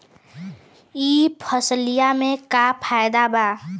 यह फसलिया में का फायदा बा?